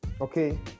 okay